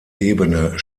ebene